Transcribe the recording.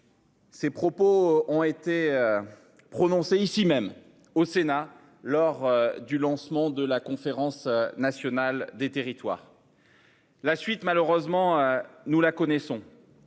ans. Ils ont été prononcés ici même, au Sénat, lors du lancement de la Conférence nationale des territoires. La suite, malheureusement, nous la connaissons